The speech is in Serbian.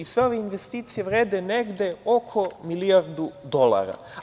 Sve ove investicije vrede negde oko milijardu dolara.